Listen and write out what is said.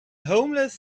homeless